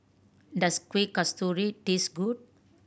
does Kueh Kasturi taste good